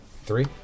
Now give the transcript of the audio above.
Three